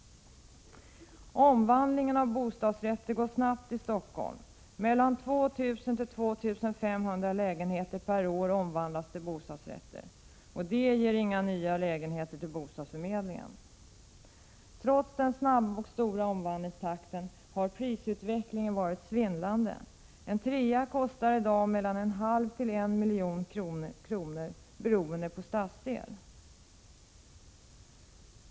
Omvandlingen till bostadsrätter går snabbt i Stockholm. Mellan 2 000 och 2 500 lägenheter per år görs om från hyresrätt till bostadsrätt. Det ger inga nya lägenheter till bostadsförmedlingen. Trots den snabba omvandlingstakten har prisutvecklingen varit svindlande. En trea kostar i dag mellan en halv och en miljon kronor, beroende på stadsdel.